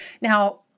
Now